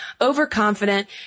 overconfident